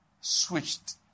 Switched